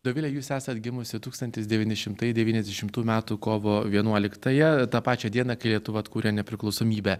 dovile jūs esat gimusi tūkstantis devyni šimtai devyniasdešimtų metų kovo vienuoliktąją tą pačią dieną kai lietuva atkūrė nepriklausomybę